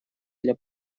для